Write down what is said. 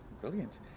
Brilliant